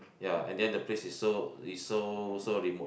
ya and then the place is so is so so remote